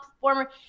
former